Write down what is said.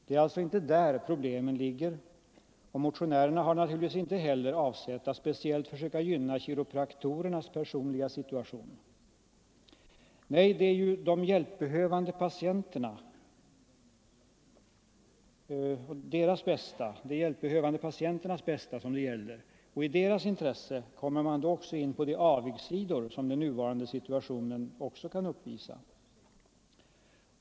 Det är alltså inte där problemen ligger, och motionärerna har naturligtvis inte heller avsett att speciellt försöka gynna kiro praktorernas personliga situation. Nej, det är ju de hjälpbehövande patienternas bästa det gäller, och i samband med deras intresse kommer man då också in på de avigsidor som den nuvarande situationen kan uppvisa.